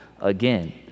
again